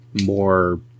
more